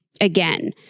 Again